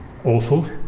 Awful